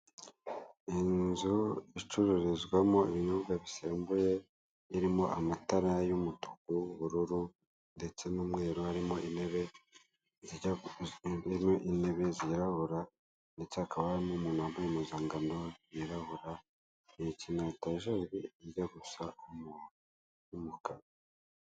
Ni inzu icururizwamo ibinyobwa bisembuye birimo amatara y'umutuku, ubururu ndetse n'umweru harimo intebe zirabura ndetse hakaba hari n'umuntu wambaye impuzankano y'irabura na etajeri y'irabura ijya gusa umuhondo n'umukara.